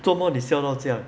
做莫你笑道这样